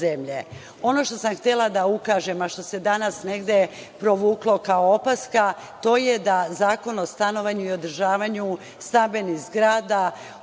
na šta sam htela da ukažem, a što se danas negde provuklo kao opaska to je da Zakon o stanovanju i održavanju stambenih zgrada